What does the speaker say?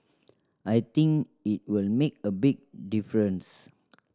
I think it will make a big difference